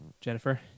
Jennifer